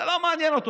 זה לא מעניין אותו.